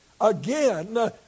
Again